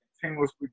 continuously